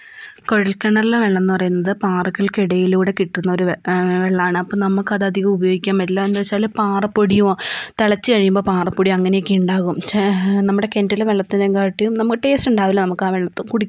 കുഴൽ കിണറിലെ വെള്ളം എന്ന് പറയുന്നത് പാറകൾക്കിടയിലൂടെ കിട്ടുന്ന ഒരു വെള്ളമാണ് അപ്പം നമുക്കത് അധികം ഉപയോഗിക്കാൻ പറ്റില്ല എന്താണെന്ന് വെച്ചാല് പാറപ്പൊടിയോ തിളച്ച് കഴിയുമ്പോൾ പാറപ്പൊടിയോ അങ്ങനെയൊക്കെ ഉണ്ടാകും നമ്മുടെ കിണറ്റിലെ വെള്ളത്തിനേകാട്ടിയും നമുക്ക് ടേസ്റ്റ് ഉണ്ടാവില്ല നമുക്ക് ആ വെള്ളത്തിൽ കുടിക്കുമ്പോൾ